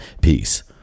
Peace